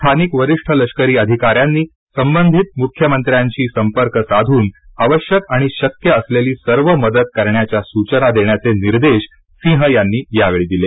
स्थानिक वरिष्ठ लष्करी अधिकार्यांनी संबंधित मुख्यमंत्र्यांशी संपर्क साधून आवश्यक आणि शक्य असलेली सर्व मदत करण्याच्या सूचना देण्याचे निदेश सिंह यांनी यावेळी दिले